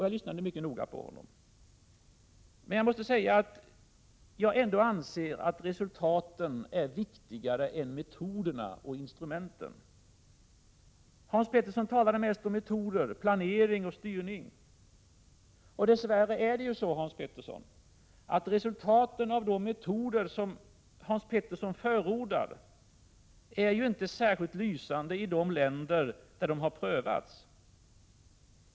Jag lyssnade mycket noga på honom. Men jag måste säga att jag ändå anser att resultaten är viktigare än metoderna och instrumenten. Hans Petersson talade mest om metoder, planering och styrning. Dess värre är resultaten av de metoder som Hans Petersson förordar inte särskilt lysande i de länder där de har prövats.